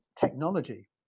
technology